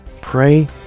Pray